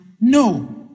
No